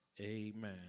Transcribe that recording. Amen